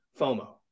FOMO